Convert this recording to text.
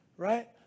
right